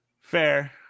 Fair